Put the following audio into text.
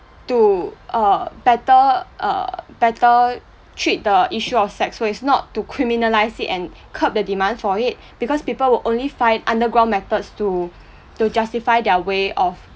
to uh better uh better treat the issue of sex work is not to criminalise it and curb the demand for it because people will only find underground methods to to justify their way of